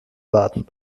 warten